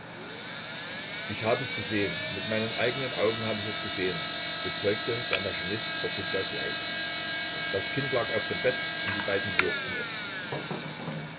ich hab es gesehen mit meinen eigenen augen hab ich es gesehen bezeugte der maschinist vor fedjas leiche das kind lag auf dem bett und die beiden würgten es